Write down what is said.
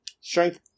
strength